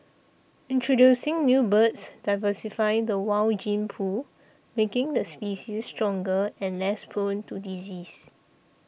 introducing new birds diversify the wild gene pool making the species stronger and less prone to disease